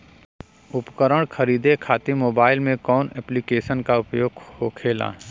उपकरण खरीदे खाते मोबाइल में कौन ऐप्लिकेशन का उपयोग होखेला?